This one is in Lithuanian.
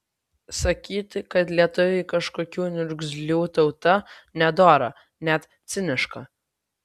sakyti kad lietuviai kažkokių niurgzlių tauta nedora net ciniška